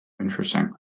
Interesting